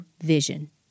vision